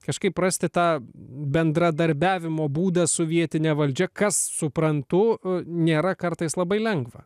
kažkaip rasti tą bendradarbiavimo būdą su vietine valdžia kas suprantu nėra kartais labai lengva